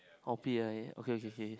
oh P I A okay